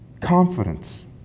confidence